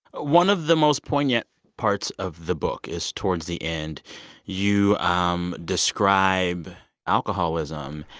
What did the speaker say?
one of the most poignant parts of the book is towards the end you um describe alcoholism.